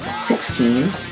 Sixteen